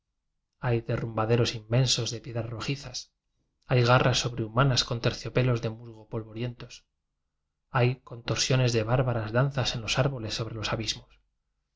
derrumbaderos inmensos de piedras rojizas hay garras sobrehumanas con terciopelos de musgos polvorientos hay contorsiones de bárbaras danzas en los árboles sobre los abismos